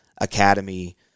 academy